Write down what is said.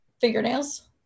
Fingernails